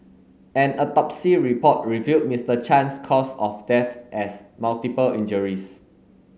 an autopsy report revealed Mister Chang's cause of death as multiple injuries